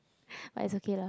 but it's okay lah